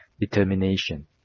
determination